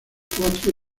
cuatro